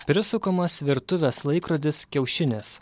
prisukamas virtuvės laikrodis kiaušinis